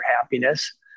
happiness